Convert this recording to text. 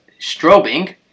strobing